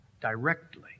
directly